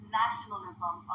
nationalism